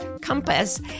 compass